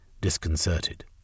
disconcerted